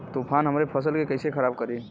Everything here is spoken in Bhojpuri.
तूफान हमरे फसल के कइसे खराब करी?